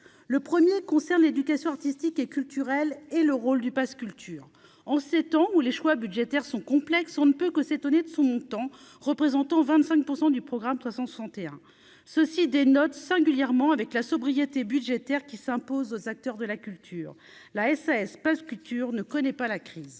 le 1er concerne l'éducation artistique et culturelle, et le rôle du Pass culture on s'étend, ou les choix budgétaires sont complexes, on ne peut que s'étonner de son montant représentant 25 % du programme 361 ceci dénote singulièrement avec la sobriété budgétaire qui s'impose aux acteurs de la culture, l'ASS Pass culture ne connaît pas la crise,